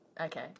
Okay